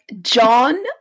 John